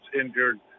injured